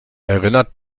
erinnert